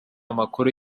amakuru